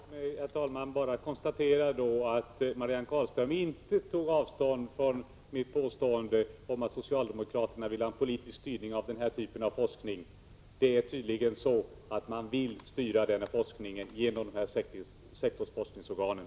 Herr talman! Låt mig då bara konstatera att Marianne Carlström inte tog avstånd från mitt påstående att socialdemokraterna vill ha en politisk styrning av denna typ av forskning. Det är tydligen så att man vill styra denna forskning genom sektorsforskningsorganen.